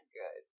good